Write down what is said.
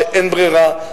שאין ברירה,